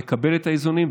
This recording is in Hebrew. נקבל את האיזונים,